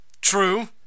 True